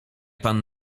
pan